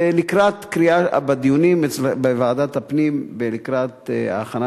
לקראת הדיונים בוועדת הפנים לקראת ההכנה